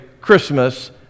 Christmas